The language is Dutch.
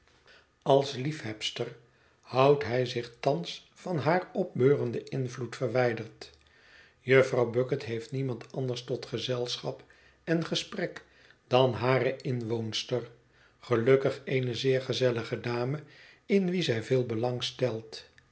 als liefhebster houdt hij zich thans van haar opbeurenden invloed verwijderd jufvrouw bucket heeft niemand anders tot gezelschap en gesprek dan hare inwoonster gelukkig eene zeer gezellige dame in wie zij veel